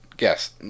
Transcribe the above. Yes